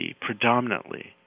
predominantly